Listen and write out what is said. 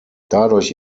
dadurch